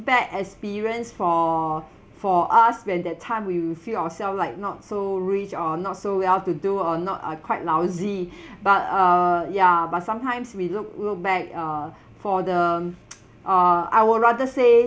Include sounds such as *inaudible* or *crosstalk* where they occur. bad experience for for us when that time we will feel ourselves like not so rich or not so well-to-do or not uh quite lousy *breath* but uh yeah but sometimes we look look back uh *breath* for the *noise* uh I would rather say